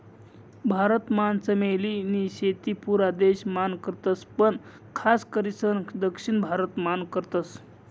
भारत मान चमेली नी शेती पुरा देश मान करतस पण खास करीसन दक्षिण भारत मान करतस